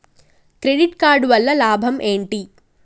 Credit card వల్ల లాభం ఏంటి?